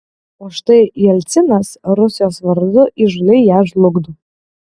o štai jelcinas rusijos vardu įžūliai ją žlugdo